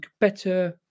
better